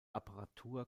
apparatur